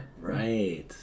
Right